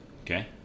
Okay